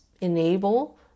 enable